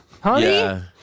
Honey